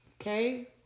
Okay